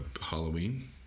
Halloween